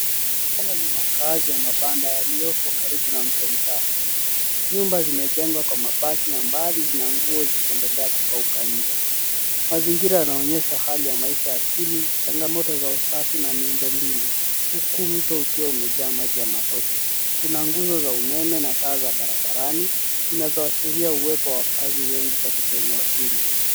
Haya ni makazi ya mabanda yaliyopo karibu na mto mchafu nyumba zimejengwa kwa mabati ambazo zina nguo zikiendelea kukauka nje, mazingira yanaonyesha hali ya maisha ya chini ,changamoto za usafi na miundo mbinu huku mtu ukiwa umejaa maji ya matope ,kuna nguzo za umeme na taa za barabarani ina zoashiria uwepo wakazi wengi katika eneo hili.